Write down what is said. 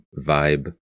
vibe